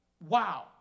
wow